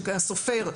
הסופר,